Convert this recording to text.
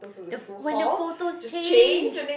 the ph~ when the photos changed